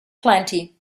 plenty